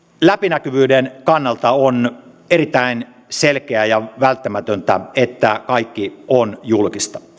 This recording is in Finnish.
läpinäkyvyyden kannalta on erittäin selkeää ja välttämätöntä että kaikki on julkista